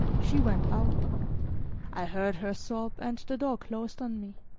she went out i heard her sob, and the door closed on me